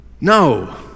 No